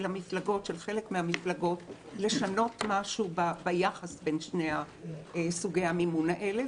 חלק מן המפלגות לשנות משהו ביחס בין שני סוגי המימון האלה,